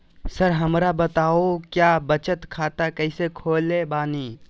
Sir हमरा बताओ क्या बचत खाता कैसे खोले बानी?